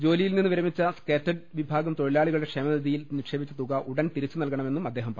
ജോലിയിൽ നിന്ന് വിരമിച്ച സ്കേറ്റേഡ് വിഭാഗംതൊഴിലാളികളുടെ ക്ഷേമനിധി യിൽ നിക്ഷേപിച്ച തുക ഉടൻ തിരിച്ചു നൽകണമെന്നും അദ്ദേഹം പറഞ്ഞു